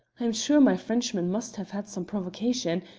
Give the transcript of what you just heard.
i am sure my frenchman must have had some provocation,